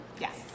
Yes